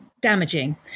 damaging